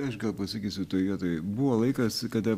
aš gal pasakysiu toj vietoj buvo laikas kada